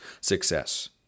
success